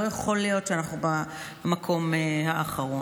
לא יכול להיות שאנחנו במקום האחרון.